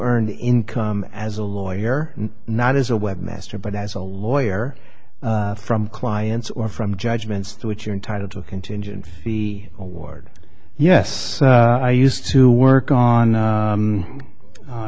earned income as a lawyer not as a webmaster but as a lawyer from clients or from judgments to which you're entitled to a contingency award yes i used to work on